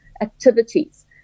activities